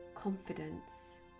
Confidence